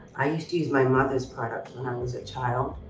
i used to use my mother's products when i was a child.